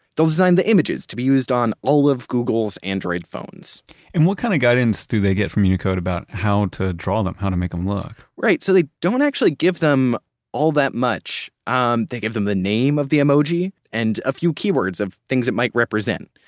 they'll design the images to be used on all of google's android phones and what kind of guidance do they get from unicode about how to draw them, how to make them look? right, so they don't actually give them all that much. um they give them the name of the emoji and a few keywords of things it might represent.